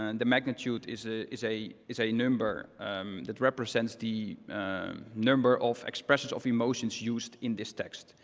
and the magnitude is ah is a is a number that represents the number of expressions of emotions used in this text.